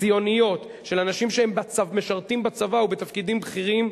ציוניות, של אנשים שמשרתים בצבא ובתפקידים בכירים,